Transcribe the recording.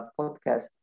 podcast